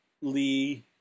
Lee